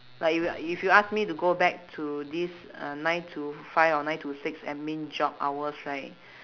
like if y~ if you ask me to go back to this uh nine to five or nine to six admin job hours right